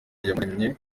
iyamuremye